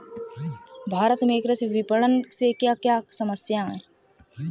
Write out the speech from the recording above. भारत में कृषि विपणन से क्या क्या समस्या हैं?